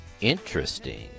Interesting